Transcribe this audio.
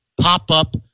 pop-up